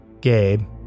Gabe